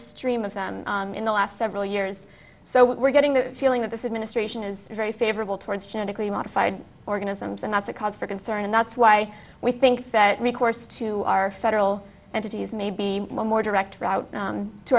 stream of them in the last several years so we're getting the feeling that this administration is very favorable towards genetically modified organisms and that's a cause for concern and that's why we think that recourse to our federal entity is may be more direct route